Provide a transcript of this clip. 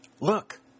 Look